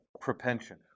propension